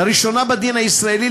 לראשונה בדין הישראלי,